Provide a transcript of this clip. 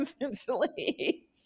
essentially